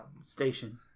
Station